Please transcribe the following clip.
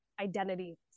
identity